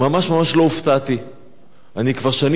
אני כבר שנים שואל את עצמי מתי הבועה הזאת